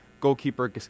goalkeeper